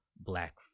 black